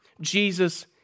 Jesus